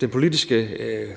den politiske